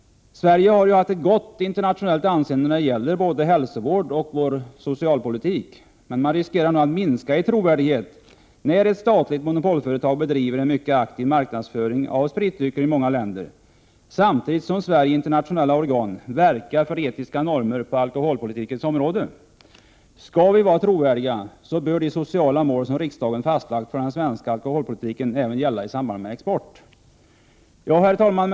Sverige har haft ett gott internationellt anseende i fråga om både hälsovård och socialpolitik. Men trovärdigheten riskerar nu att minska, när ett statligt monopolföretag bedriver en mycket aktiv marknadsföring av spritdrycker i många länder samtidigt som Sverige i internationella organ verkar för etiska normer på alkoholpolitikens område. Skall vi vara trovärdiga bör de sociala mål som riksdagen fastlagt för den svenska alkoholpolitiken gälla även i samband med export. Herr talman!